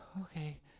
Okay